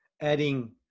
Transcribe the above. adding